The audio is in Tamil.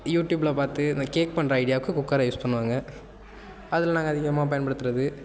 யூட்யூப்பில் பார்த்து அந்த கேக் பண்ணுற ஐடியாவுக்கு குக்கரை யூஸ் பண்ணுவாங்க அதில் நாங்கள் அதிகமாக பயன்படுத்துகிறது